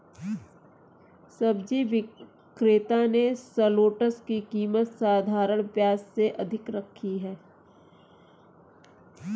सब्जी विक्रेता ने शलोट्स की कीमत साधारण प्याज से अधिक रखी है